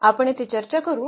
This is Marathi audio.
आपण येथे चर्चा करू